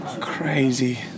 Crazy